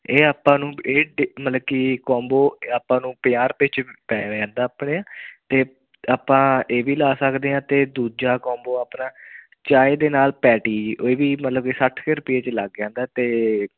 ਇਹ ਆਪਾਂ ਨੂੰ ਇਹ ਡੇ ਮਤਲਬ ਕਿ ਕੋਂਬੋ ਆਪਾਂ ਨੂੰ ਪੰਜਾਹ ਰੁਪਏ 'ਚ ਪੈ ਜਾਂਦਾ ਆਪਣੇ ਅਤੇ ਆਪਾਂ ਇਹ ਵੀ ਲਾ ਸਕਦੇ ਹਾਂ ਅਤੇ ਦੂਜਾ ਕੋਂਬੋ ਆਪਣਾ ਚਾਏ ਦੇ ਨਾਲ ਪੈਟੀ ਇਹ ਵੀ ਮਤਲਬ ਕੇ ਸੱਠ ਕੁ ਰੁਪਏ 'ਚ ਲੱਗ ਜਾਂਦਾ ਅਤੇ